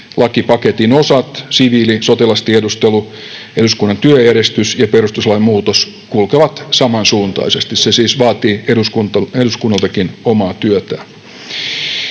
lakipaketin eri osat — siviili-, sotilastiedustelu, eduskunnan työjärjestys ja perustuslain muutos — kulkevat samansuuntaisesti. Se siis vaatii eduskunnaltakin omaa työtä.